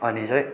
अनि चाहिँ